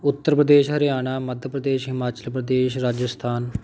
Uttar Pradesh Haryana Madhya Pradesh Himachal Pradesh Rajasthan